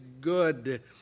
good